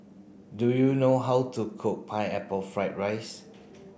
do you know how to cook pineapple fried rice